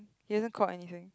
he hasn't caught anything